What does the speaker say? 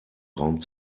raum